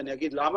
ואני אגיד למה.